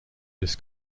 this